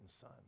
Son